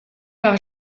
par